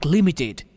Limited